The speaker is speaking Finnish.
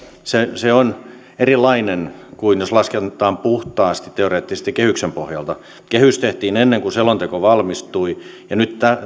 se se on erilainen kuin jos lasketaan puhtaasti teoreettisesti kehyksen pohjalta kehys tehtiin ennen kuin selonteko valmistui ja nyt